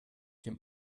dem